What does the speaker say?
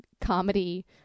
comedy